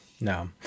No